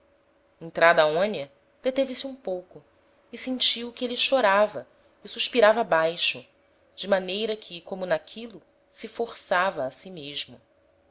entrada aonia deteve-se um pouco e sentiu que êle chorava e suspirava baixo de maneira que como n'aquilo se forçava a si mesmo